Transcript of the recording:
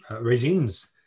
regimes